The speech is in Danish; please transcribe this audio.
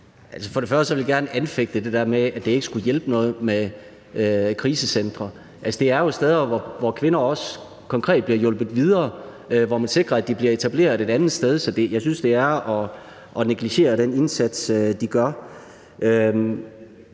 For det første vil jeg gerne anfægte det der med, at det ikke skulle hjælpe noget med krisecentre. Det er jo steder, hvor kvinder også konkret bliver hjulpet videre, og hvor man sikrer, at de bliver etableret et andet sted. Så jeg synes, det er at negligere den indsats, der gøres.